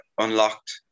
unlocked